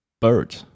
Bird